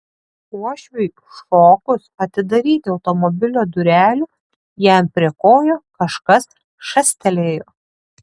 uošviui šokus atidaryti automobilio durelių jam prie kojų kažkas šastelėjo